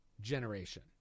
generation